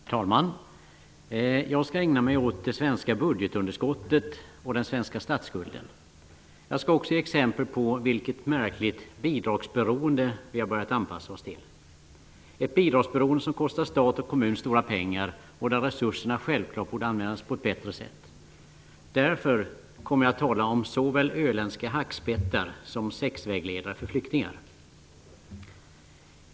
Herr talman! Jag skall ägna mig åt det svenska budgetunderskottet och den svenska statsskulden. Jag skall också ge exempel på vilket märkligt bidragsberoende vi har börjat anpassa oss till -- ett bidragsberoende som kostar stat och kommun stora pengar. Självfallet borde resurserna användas på ett bättre sätt. Därför kommer jag att tala om såväl öländska hackspettar som sexvägledare för flyktingar.